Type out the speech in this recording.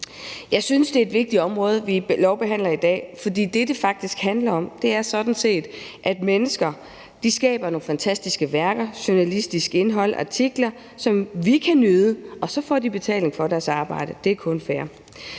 Jeg synes, det er et vigtigt område, vi lovbehandler i dag, for det, det faktisk handler om, er sådan set, at mennesker skaber nogle fantastiske værker, journalistisk indhold, artikler, som vi kan nyde, og så får de betaling for deres arbejde. Det er kun fair.